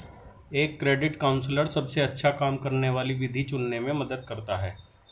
एक credit counsellor सबसे अच्छा काम करने वाली विधि चुनने में मदद करता है